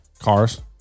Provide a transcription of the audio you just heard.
Cars